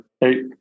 Hey